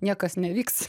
niekas nevyks